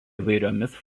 įvairiomis